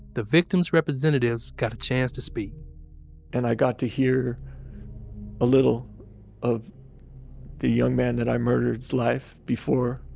the victim's representatives got a chance to speak and i got to hear a little of the young man that i murdered's life before.